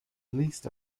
least